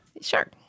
sure